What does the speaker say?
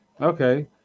Okay